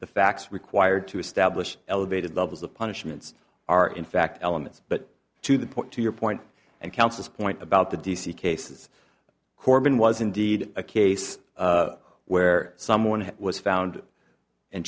the facts required to establish elevated levels of punishments are in fact elements but to the point to your point and counsels point about the d c cases corben was indeed a case where someone was found